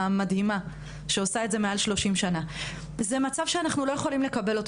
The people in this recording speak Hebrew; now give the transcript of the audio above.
זה מצב שאנחנו לא יכולים לקבל.